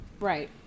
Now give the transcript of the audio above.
Right